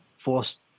forced